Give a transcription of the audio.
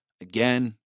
again